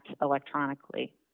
electronically